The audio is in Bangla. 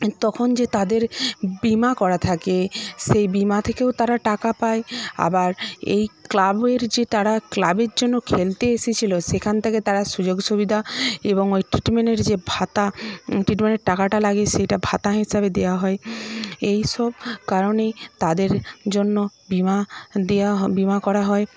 তখন যে তাদের বিমা করা থাকে সেই বিমা থেকেও তারা টাকা পায় আবার এই ক্লাবের যে তারা ক্লাবের জন্য খেলতে এসেছিল সেখান থেকে তারা সুযোগ সুবিধা এবং এই ট্রিটমেন্টের যে ভাতা ট্রিটমেন্টের টাকাটা লাগে সেটা ভাতা হিসাবে দেওয়া হয় এইসব কারণেই তাদের জন্য বিমা দেওয়া বিমা করা হয়